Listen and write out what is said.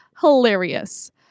hilarious